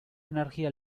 energía